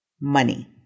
money